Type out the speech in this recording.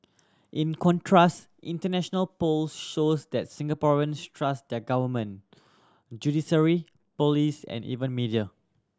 in contrast international polls shows that Singaporeans trust their government judiciary police and even media